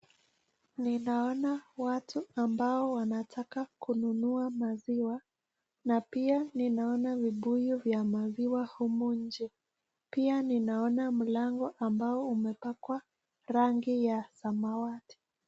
Ninaona watu ambao wanataka kununua maziwa na pia ninaona vibuyu vya maziwa humu nje. Pia ninaona mlango ambao umepakwa rangi ya samawati.